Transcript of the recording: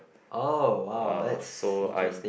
oh !wow! that's interesting